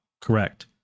Correct